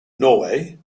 norway